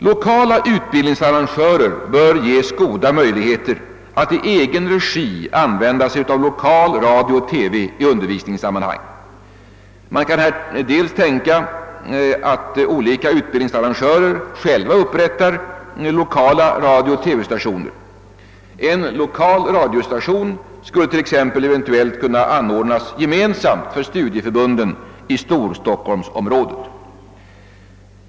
Lokala utbildningsarrangörer bör ges goda möjligheter att i egen regi använda lokal radio och TV i undervisningssammanhang. Man kan tänka sig att olika utbildningsarrangörer själva upprättar lokala radiooch TV-stationer. En lokal radiostation skulle t.ex. kunna anordnas gemensamt för studieförbunden i stockholmsområdet.